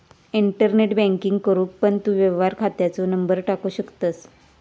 internet banking करूक पण तू व्यवहार खात्याचो नंबर टाकू शकतंस